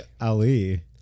ali